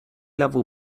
level